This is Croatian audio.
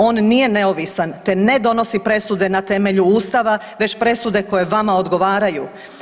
On nije neovisan, te ne donosi presude na temelju Ustava, već presude koje vama odgovaraju.